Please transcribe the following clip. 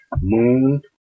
Moon